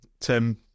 Tim